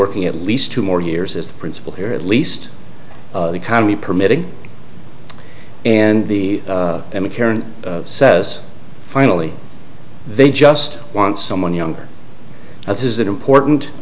working at least two more years as the principal here at least the economy permitting and the mccarran says finally they just want someone younger that's isn't important